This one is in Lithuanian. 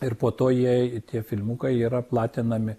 ir po to jie tie filmukai yra platinami